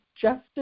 justice